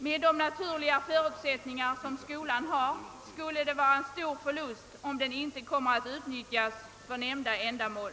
Med de naturliga förutsättningar som skolan har skulle det vara en stor förlust om den inte kommer att utnyttjas för nämnda ändamål.